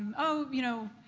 oh, you know,